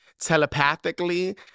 telepathically